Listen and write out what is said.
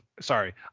sorry